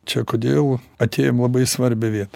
čia kodėl atėjom labai svarbią viet